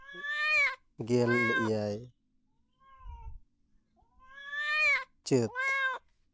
ᱜᱮᱞ ᱮᱭᱟᱭ ᱪᱟᱹᱛ